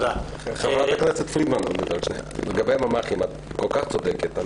חברת הכנסת פרידמן, לגבי הממ"חים את כל כך צודקת.